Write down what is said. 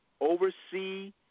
oversee